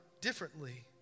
differently